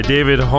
David